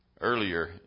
Earlier